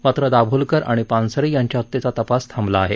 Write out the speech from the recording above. मात्र दाभोलकर आणि पानसरे यांच्या हत्येचा तपास थांबला आहे